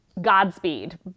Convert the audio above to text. godspeed